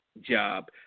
job